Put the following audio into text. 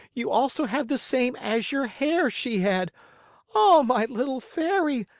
you also have the same azure hair she had oh, my little fairy,